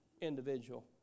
individual